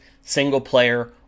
single-player